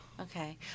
Okay